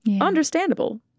understandable